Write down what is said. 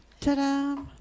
Ta-da